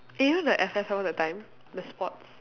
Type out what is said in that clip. eh you know the F_F_L that time the sports